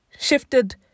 shifted